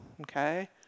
okay